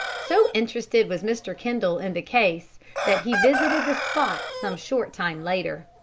so interested was mr. kendall in the case that he visited the spot some short time later.